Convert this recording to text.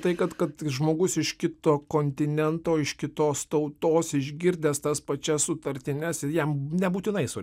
tai kad kad žmogus iš kito kontinento iš kitos tautos išgirdęs tas pačias sutartines ir jam nebūtinai su